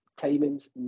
timings